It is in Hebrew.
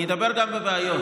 אני אדבר גם על הבעיות.